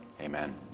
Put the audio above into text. amen